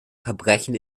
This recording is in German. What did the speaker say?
verbrechen